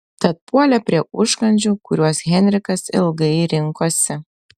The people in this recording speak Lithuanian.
tad puolė prie užkandžių kuriuos henrikas ilgai rinkosi